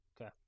Okay